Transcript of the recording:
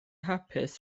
hapus